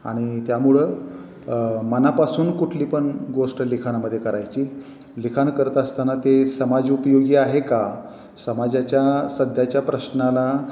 आणि त्यामुळं मनापासून कुठली पण गोष्ट लिखाणामध्ये करायची लिखाण करता असताना ते समाजोपयोगी आहे का समाजाच्या सध्याच्या प्रश्नाला